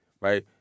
Right